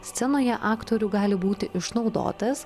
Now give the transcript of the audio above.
scenoje aktorių gali būti išnaudotas